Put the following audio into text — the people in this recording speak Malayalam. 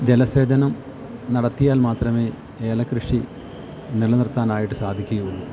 ജലസേചനം നടത്തിയാൽ മാത്രമേ ഏലകൃഷി നിലനിർത്താനായിട്ട് സാധിക്കുകയുള്ളൂ